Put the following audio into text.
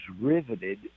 riveted